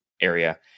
area